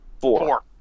Four